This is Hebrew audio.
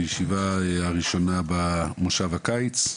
הישיבה היא הראשונה במושב הקיץ,